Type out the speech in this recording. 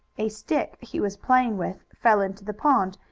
a stick he was playing with fell into the pond,